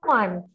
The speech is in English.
one